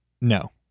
no